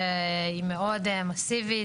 שהיא מאוד מאסיבית,